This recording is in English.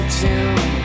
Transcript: tune